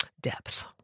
depth